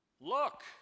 look